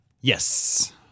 Yes